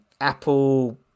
apple